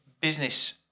business